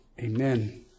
Amen